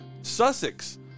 Sussex